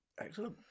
Excellent